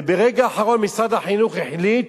וברגע האחרון משרד החינוך החליט,